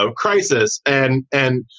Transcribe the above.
so crisis. and and,